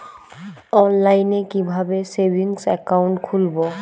অনলাইনে কিভাবে savings account খুলবো?